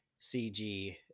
CG